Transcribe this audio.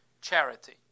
charity